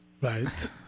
Right